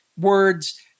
words